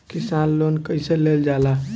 किसान लोन कईसे लेल जाला?